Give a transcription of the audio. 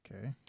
Okay